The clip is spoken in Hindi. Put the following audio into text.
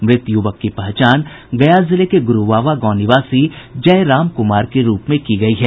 मृत युवक की पहचान गया जिले गुरूवावा गांव निवासी जय राम कुमार के रूप में की गयी है